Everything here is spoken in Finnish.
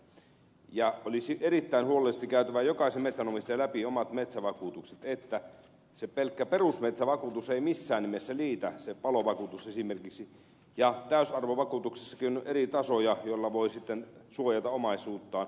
jokaisen metsänomistajan olisi erittäin huolellisesti käytävä läpi omat metsävakuutuksensa sillä se pelkkä perusmetsävakuutus ei missään nimessä riitä se palovakuutus esimerkiksi ja täysarvovakuutuksessakin on eri tasoja joilla voi sitten suojata omaisuuttaan